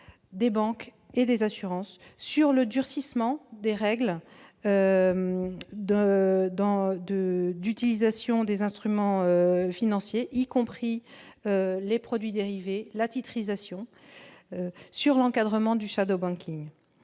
des banques et des assurances, sur le durcissement des règles d'utilisation des instruments financiers, y compris les produits dérivés et la titrisation, sur l'encadrement du. Nous restons